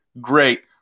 Great